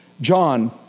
John